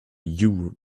you